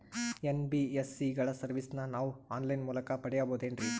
NBSC ಗಳ ಸರ್ವಿಸನ್ನ ನಾವು ಆನ್ ಲೈನ್ ಮೂಲಕ ಪಡೆಯಬಹುದೇನ್ರಿ?